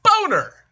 boner